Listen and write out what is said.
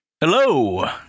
Hello